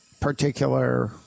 particular